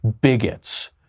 bigots